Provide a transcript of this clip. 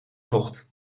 tocht